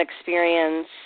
experience